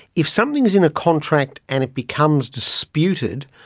if something is in a contract and it becomes disputed,